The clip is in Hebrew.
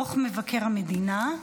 דוח מבקר המדינה.